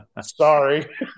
Sorry